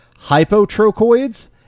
Hypotrochoids